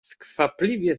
skwapliwie